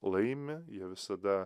laimi jie visada